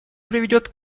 приведет